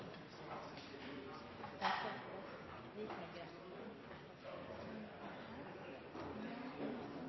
som ganske